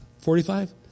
Forty-five